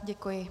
Děkuji.